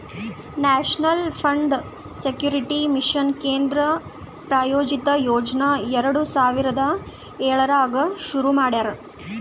national food security mission ಕೇಂದ್ರ ಪ್ರಾಯೋಜಿತ ಯೋಜನಾ ಎರಡು ಸಾವಿರದ ಏಳರಾಗ್ ಶುರು ಮಾಡ್ಯಾರ